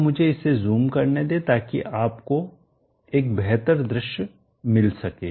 तो मुझे इसे ज़ूम करने दें ताकि आपको एक बेहतर दृश्य मिल सके